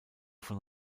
von